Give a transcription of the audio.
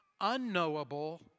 unknowable